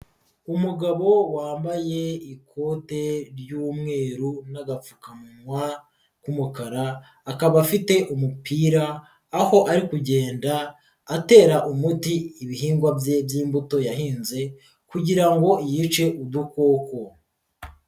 Umugabo wambaye ikote ry'umweru n'agapfukamunwa k'umukara, akaba afite umupira aho ari kugenda atera umuti ibihingwa bye by'imbuto yahinze kugira ngo yice udukoko.